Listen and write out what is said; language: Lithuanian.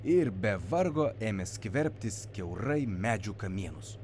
ir be vargo ėmė skverbtis kiaurai medžių kamienus